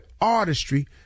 artistry